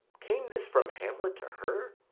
came this from hamlet to her?